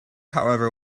however